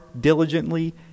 diligently